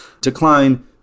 decline